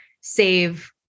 save